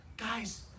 Guys